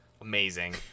amazing